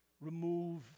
Remove